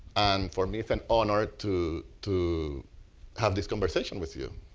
for me, it's an honor to to have this conversation with you.